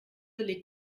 legt